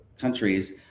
countries